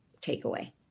takeaway